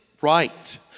right